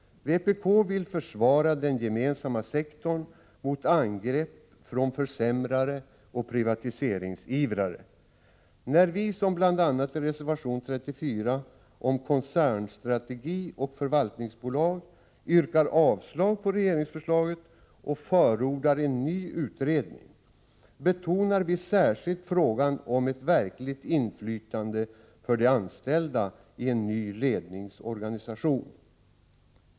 Vpk vill försvara den gemensamma sektorn mot angrepp från försämrare och privatiseringsivrare. När vi — bl.a. i reservation 34 om koncernstrategi och förvaltningsbolag — yrkar avslag på regeringsförslaget och förordar en ny utredning, betonar vi särskilt frågan om ett verkligt inflytande för de anställda i en ny ledningsorganisation.